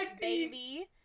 baby